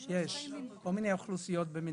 יש כל מיני אוכלוסיות במדינה,